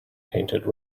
painted